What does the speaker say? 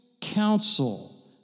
counsel